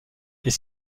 est